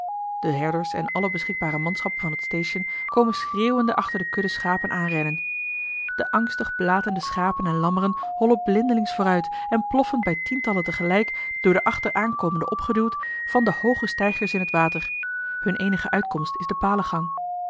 de herders en alle beschikbare manschappen van het station komen schreeuwende achter de kudde schapen aanrennen de angstig blatende schapen en lammeren hollen blindelings vooruit en ploffen bij tientallen te gelijk door de achteraankomenden opgeduwd van de hooge steigers in het water hunne eenige uitkomst is de